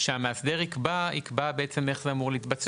שהמאסדר ייקבע בעצם איך זה אמור להתבצע.